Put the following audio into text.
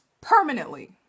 permanently